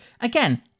again